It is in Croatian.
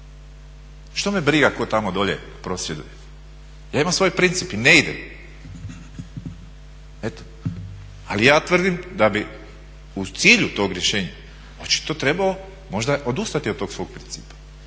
Što me briga tko tamo dolje prosvjeduje. Ja imam svoj princip i ne idem. Eto. Ali ja tvrdim da bi u cilju tog rješenja očito trebao možda odustati od tog svog principa